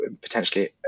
potentially